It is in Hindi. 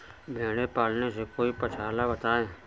भेड़े पालने से कोई पक्षाला बताएं?